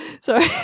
Sorry